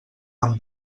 amb